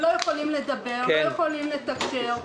שלא יכולים לדבר ולא יכולים לתקשר,